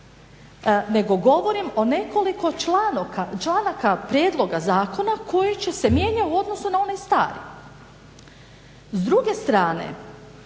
nego govorim o nekoliko članaka prijedloga zakona koji se mijenja u odnosu na onaj stari. S druge strane